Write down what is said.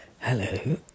hello